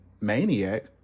maniac